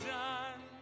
done